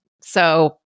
So-